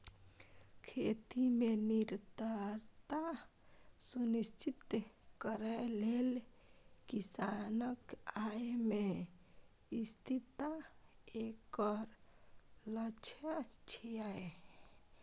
खेती मे निरंतरता सुनिश्चित करै लेल किसानक आय मे स्थिरता एकर लक्ष्य छियै